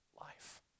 life